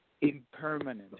impermanent